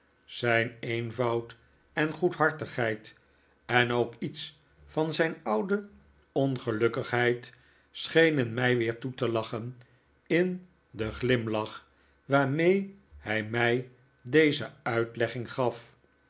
zijn eenvoud en goedhartigheid en ook iets van zijn oude ongelukkigheid schenen mij weer toe te lachen in den glimlach waarmee hij mij deze uitlegging gaf